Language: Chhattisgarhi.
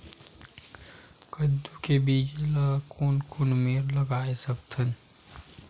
कददू के बीज ला कोन कोन मेर लगय सकथन?